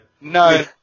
No